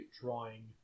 drawing